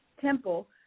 temple